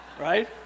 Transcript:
Right